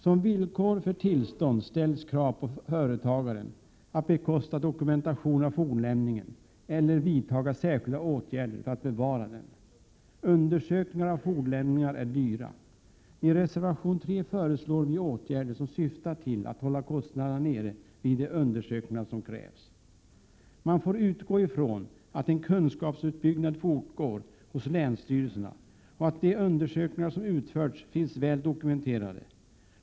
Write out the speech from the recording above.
Som villkor för tillstånd ställs krav på företagaren att bekosta dokumentationen av fornlämningen eller vidta särskilda åtgärder för att bevara den. Undersökningar av fornlämningar är dyra. I reservation 3 föreslår vi åtgärder som syftar till att hålla kostnaderna nere vid de undersökningar som krävs. Man får utgå ifrån att en kunskapsuppbyggnad fortgår hos länsstyrelserna, och att de undersökningar som utförts finns väl dokumenterade.